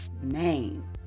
name